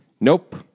Nope